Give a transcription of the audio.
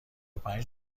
پنج